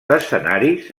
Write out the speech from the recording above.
escenaris